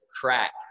crack